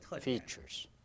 features